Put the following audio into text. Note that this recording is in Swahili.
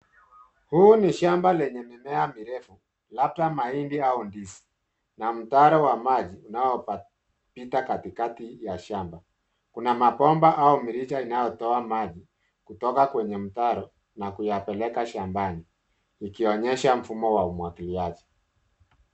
Huu ni shamba lenye mimea mirefu, labda mahindi au ndizi na mtaro wa maji unaopita katikati ya shamba. Kuna mabomba au mirija inayotoa maji kutoka kwenye mtaro, na kuyapeleka shambani ikionyesha mfumo wa umwagiliaji.